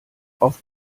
auf